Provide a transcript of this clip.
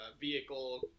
vehicle